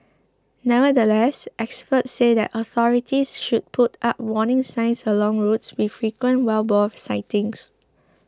nevertheless experts said that authorities should put up warning signs along roads with frequent wild boar sightings